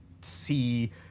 see